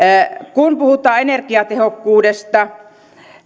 kun puhutaan energiatehokkuudesta